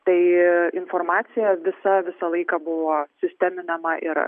tai informacija visa visą laiką buvo sisteminama ir